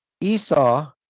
Esau